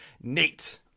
Nate